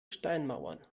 steinmauern